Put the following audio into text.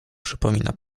przypomina